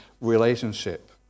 relationship